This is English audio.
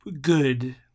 good